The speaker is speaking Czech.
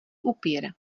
upír